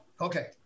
Okay